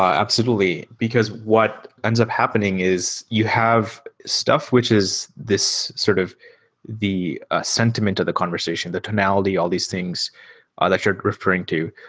absolutely. because what ends up happening is you have stuff which is this sort of the ah sentiment of the conversation, the tonality, all these things ah that you're referring to.